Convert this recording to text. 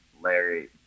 Larry